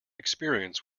experience